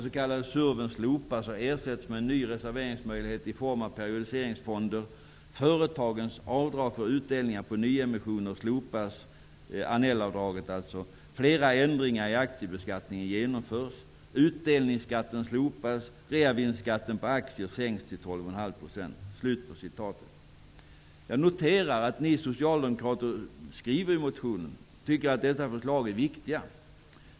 Jag noterar att ni socialdemokrater skriver i motionen att ni tycker att dessa förslag är viktiga.